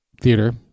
theater